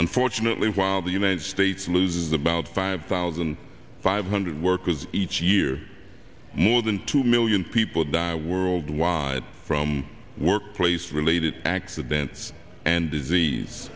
unfortunately while the united states loses about five thousand five hundred workers each year more than two million people die worldwide from workplace related accidents and disease